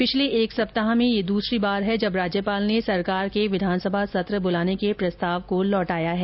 पिछले एक सप्ताह में यह दूसरी बार है जब राज्यपाल ने सरकार के विधानसभा सत्र ब्रलाने के प्रस्ताव को लौटाया है